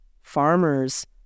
farmers